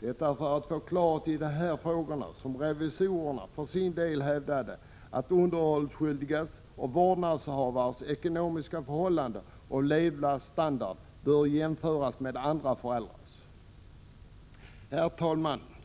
Det är för att få klarhet i de här frågorna som revisorerna för sin del hävdat att underhållsskyldigas och vårdnadshavares ekonomiska förhållanden och levnadsstandard bör jämföras med andra föräldrars. Herr talman!